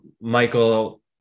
michael